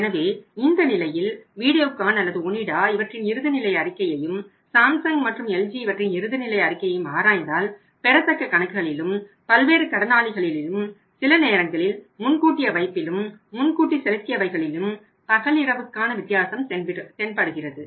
எனவே இந்த நிலையில் வீடியோகான் அல்லது ஒனிடா இவற்றின் இறுதி நிலை அறிக்கையையும் சாம்சங் மற்றும் எல்ஜி இவற்றின் இறுதி நிலை அறிக்கையையும் ஆராய்ந்தால் பெறத்தக்க கணக்குகளிலும் பல்வேறு கடனாளிகளிலும் சில நேரங்களில் முன்கூட்டிய வைப்பிலும் முன்கூட்டி செலுத்தியவைகளிலும் பகலிரவுக்கான வித்தியாசம் தென்படுகிறது